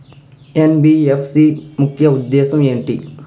NBFC ముఖ్య ఉద్దేశం ఏంటి?